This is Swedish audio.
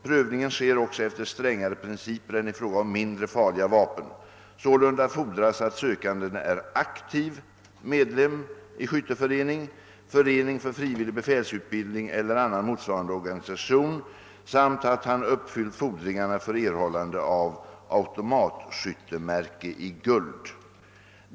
Prövningen sker också efter strängare principer än i fråga om mindre farliga vapen. Sålunda fordras att sökanden är aktiv medlem i skytteförening, förening för frivillig befälsutbildning eller annan motsvarande organisation samt att han uppfyllt fordringarna för erhållande av automatskyttemärke i guld.